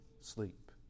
sleep